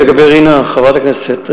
חברת הכנסת,